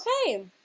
Okay